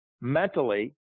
mentally